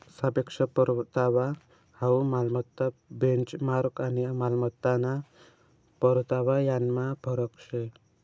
सापेक्ष परतावा हाउ मालमत्ता बेंचमार्क आणि मालमत्ताना परतावा यानमा फरक शे